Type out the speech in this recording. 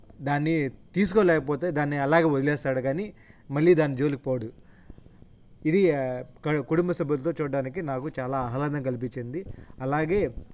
దాన్ని తీసుకోలేకపోతే దాన్ని అలాగా వదిలేస్తాడు కానీ మళ్ళీ దాని జోలికిపోడు ఇది కుటుంబ సభ్యులతో చూడ్డానికి నాకు చాలా ఆహ్లాదం కల్పించింది అలాగే